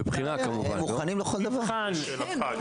בוודאי.